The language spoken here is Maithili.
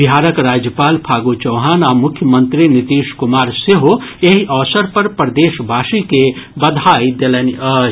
बिहारक राज्यपाल फागू चौहान आ मुख्यमंत्री नीतीश कुमार सेहो एहि अवसर पर प्रदेशवासी के बधाई देलनि अछि